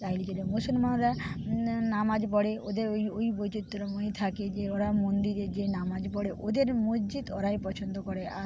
তাই লিখে মুসলমানরা নামাজ পড়ে ওদের ওই ওই বৈচিত্র্যময় থাকে যে ওরা মন্দিরে যেয়ে নামাজ পড়ে ওদের মসজিদ ওরাই পছন্দ করে আর